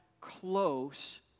close